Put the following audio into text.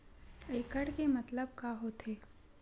एकड़ के मतलब का होथे?